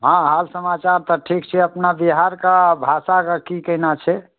हँ हाल समाचार तऽ ठीक छै अपना बिहार कऽ भाषा कऽ की केना छै